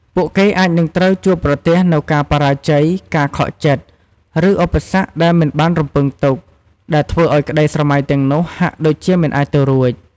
ពួកគេអាចនឹងត្រូវជួបប្រទះនូវការបរាជ័យ ការខកចិត្ត ឬឧបសគ្គដែលមិនបានរំពឹងទុក ដែលធ្វើឱ្យក្តីស្រមៃទាំងនោះហាក់ដូចជាមិនអាចទៅរួច។